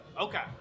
Okay